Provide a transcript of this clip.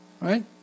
right